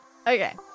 Okay